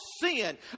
sin